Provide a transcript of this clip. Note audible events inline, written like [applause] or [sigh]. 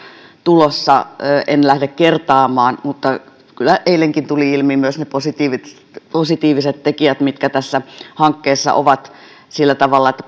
tulossa en lähde kertaamaan mutta kyllä eilenkin tulivat ilmi ne positiiviset positiiviset tekijät mitkä tässä hankkeessa ovat sillä tavalla että [unintelligible]